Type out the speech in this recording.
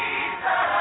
Jesus